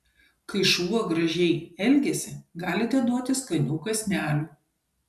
kai šuo gražiai elgiasi galite duoti skanių kąsnelių